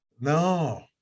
No